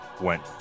went